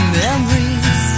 memories